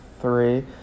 three